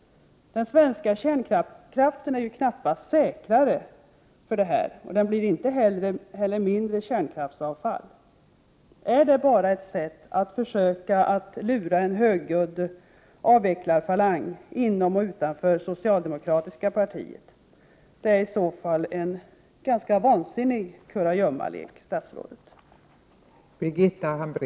Den svenska kärnkraften har ju knappast blivit säkrare, och det blir inte heller mindre kärnkraftsavfall. Är detta bara ett sätt att försöka lura en högljudd avvecklarfalang inom och utanför det socialdemokratiska partiet? Det är i så fall en ganska vansinnig kurragömmalek, statsrådet Birgitta Dahl.